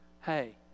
hey